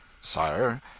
Sire